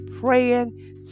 praying